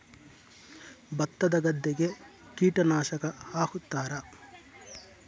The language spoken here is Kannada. ಭತ್ತದ ಗದ್ದೆಗೆ ಕೀಟನಾಶಕ ಹಾಕುತ್ತಾರಾ?